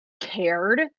cared